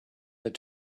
had